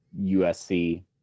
USC